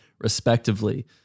respectively